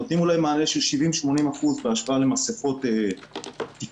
נותנים מענה אולי של 80-70% בהשוואה למסכות תקניות.